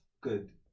good